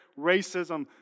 racism